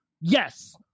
yes